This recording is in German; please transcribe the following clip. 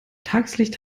tageslicht